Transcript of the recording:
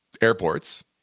airports